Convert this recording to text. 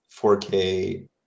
4k